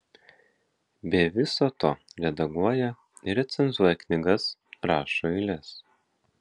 be viso to redaguoja ir recenzuoja knygas rašo eiles